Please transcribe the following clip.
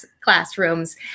classrooms